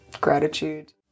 gratitude